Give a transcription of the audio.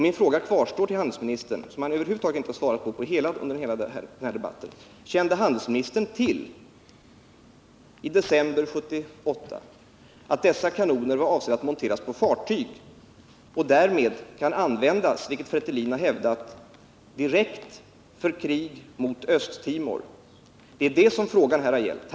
Min fråga till handelsministern kvarstår — den fråga som han över huvud taget inte svarat på under hela debatten: Kände handelsministern i december 1978 till att ifrågavarande kanoner var avsedda att monteras på fartyg och därmed kan användas, vilket FRETILIN hävdat, direkt för krig mot Östtimor? Det är detta som frågan här har gällt.